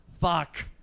Fuck